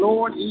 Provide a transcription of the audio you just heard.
Lord